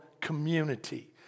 community